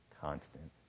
constant